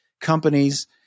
companies